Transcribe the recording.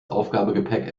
aufgabegepäck